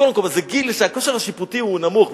זה גיל שהכושר השיפוטי הוא נמוך,